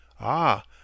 Ah